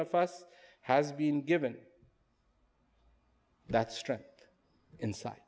of us has been given that strength inside